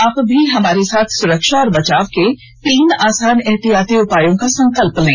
आप भी हमारे साथ सुरक्षा और बचाव के तीन आसान एहतियाती उपायों का संकल्प लें